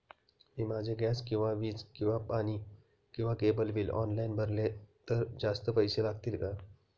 मी माझे गॅस किंवा वीज किंवा पाणी किंवा केबल बिल ऑनलाईन भरले तर जास्त पैसे लागतील का?